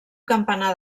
campanar